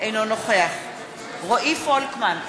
אינו נוכח רועי פולקמן,